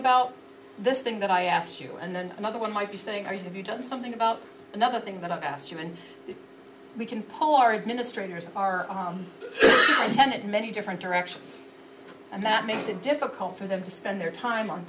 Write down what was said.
about this thing that i asked you and then another one might be saying are you done something about another thing that i've asked you and that we can poll our administrators our content at many different directions and that makes it difficult for them to spend their time on